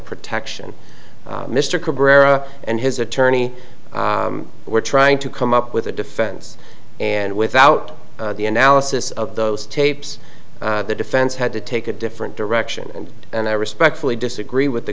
protection mr cabrera and his attorney were trying to come up with a defense and without the analysis of those tapes the defense had to take a different direction and i respectfully disagree with the